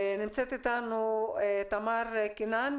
נמצאת איתנו תמר קינן,